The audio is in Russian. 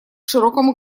широкому